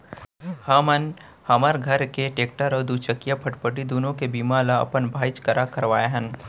हमन हमर घर के टेक्टर अउ दूचकिया फटफटी दुनों के बीमा ल अपन भाईच करा करवाए हन